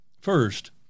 First